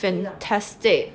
fantastic